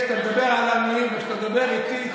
כשאתה מדבר על עניים ואתה מדבר איתי,